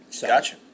Gotcha